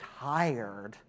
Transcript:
tired